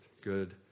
good